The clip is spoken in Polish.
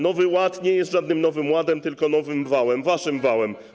Nowy Ład nie jest żadnym Nowym Ładem, tylko nowym wałem, waszym wałem.